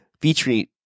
Featuring